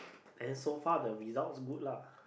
and then so far the result good lah